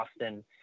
Austin